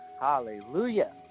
Hallelujah